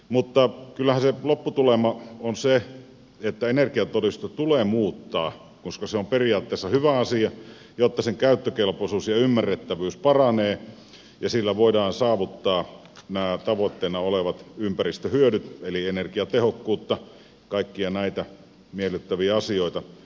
mutta kyllähän se lopputulema on se että energiatodistusta tulee muuttaa koska se on periaatteessa hyvä asia jotta sen käyttökelpoisuus ja ymmärrettävyys paranevat ja sillä voidaan saavuttaa nämä tavoitteena olevat ympäristöhyödyt eli energiatehokkuutta ja kaikkia näitä miellyttäviä asioita